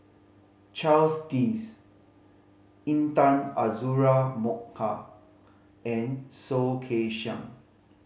Charles Dyce Intan Azura Mokhtar and Soh Kay Siang